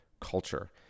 culture